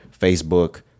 Facebook